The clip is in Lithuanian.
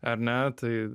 ar ne tai